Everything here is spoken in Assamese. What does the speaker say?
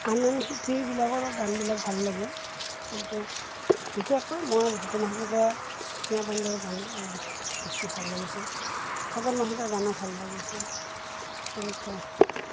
আন আন শিল্পীবিলাকৰো গানবিলাক ভাল লাগে কিন্তু বিশেষকৈ মই ভূপেন হাজৰিকা প্ৰতিমা পাণ্ডেৰ গান মই বিশ বেছি ভাল লাগিছিল খগেন মহন্তৰ গানো ভাল লাগিছিল কিন্তু